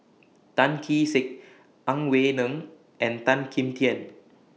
Tan Kee Sek Ang Wei Neng and Tan Kim Tian